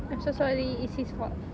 I'm so sorry it's his fault